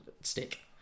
stick